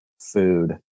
food